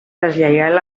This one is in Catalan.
deslleial